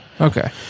Okay